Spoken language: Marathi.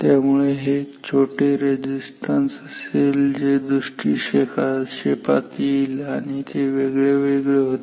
त्यामुळे हे एक छोटे रेझिस्टन्स असेल जे दृष्टीक्षेपात येईल आणि ते वेगळे वेगळे होते